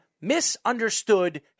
misunderstood